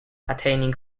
attaining